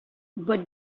but